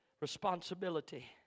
Responsibility